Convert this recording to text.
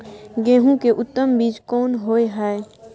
गेहूं के उत्तम बीज कोन होय है?